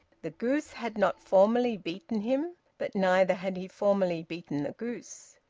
the goose had not formally beaten him, but neither had he formally beaten the goose.